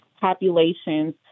populations